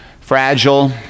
Fragile